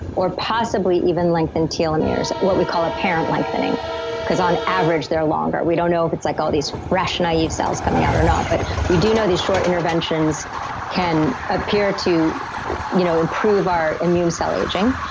or possibly even lengthen telomeres what we call apparent lengthening because on average, they're longer. we don't know if it's like all these fresh, naive cells coming out or not, but we do know these short interventions can appear to you know improve our immune cell aging.